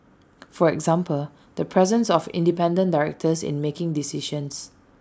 for example the presence of independent directors in making decisions